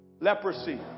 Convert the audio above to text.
Leprosy